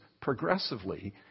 progressively